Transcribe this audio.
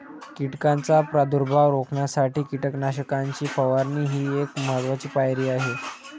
कीटकांचा प्रादुर्भाव रोखण्यासाठी कीटकनाशकांची फवारणी ही एक महत्त्वाची पायरी आहे